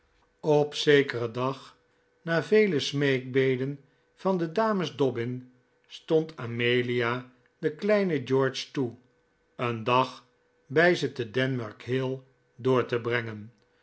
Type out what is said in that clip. op zekeren dag na vele smeekbeden van de dames dobbin stond amelia den kleinen george toe een dag bij ze te denmark hill door te brengen